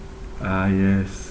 ah yes